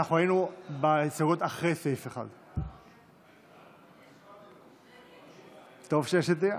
אנחנו היינו בהסתייגות אחרי סעיף 1. טוב שיש ידיעה.